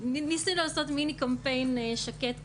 ניסינו לעשות מיני-קמפיין שקט כזה.